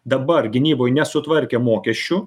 dabar gynyboj nesutvarkę mokesčių